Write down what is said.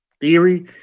theory